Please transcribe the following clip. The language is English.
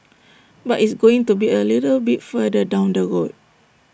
but it's going to be A little bit further down the road